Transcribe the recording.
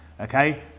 Okay